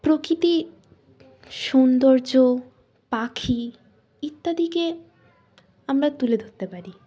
প্রকৃতি সৌন্দর্য পাখি ইত্যাদিকে আমরা তুলে ধরতে পারি